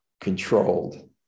controlled